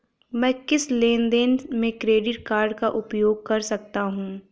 मैं किस लेनदेन में क्रेडिट कार्ड का उपयोग कर सकता हूं?